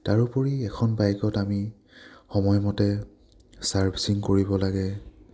তাৰোপৰি এখন বাইকত আমি সময়মতে ছাৰ্ভিচিং কৰিব লাগে